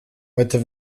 weiter